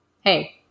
hey